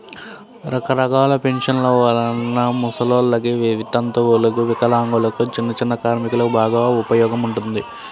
రకరకాల పెన్షన్ల వలన ముసలోల్లకి, వితంతువులకు, వికలాంగులకు, చిన్నచిన్న కార్మికులకు బాగా ఉపయోగం ఉంటుంది